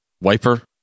wiper